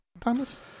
Thomas